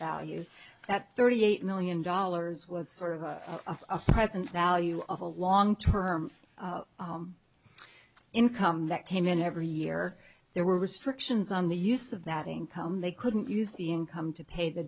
value that thirty eight million dollars was sort of a presence out of a long term income that came in every year there were restrictions on the use of that income they couldn't use the income to pay the